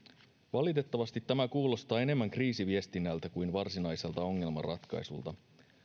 valitettavasti tämä kuulostaa enemmän kriisiviestinnältä kuin varsinaiselta ongelmanratkaisulta